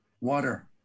water